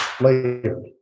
Later